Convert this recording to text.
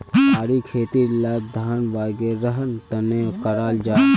पहाड़ी खेतीर लाभ धान वागैरहर तने कराल जाहा